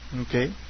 Okay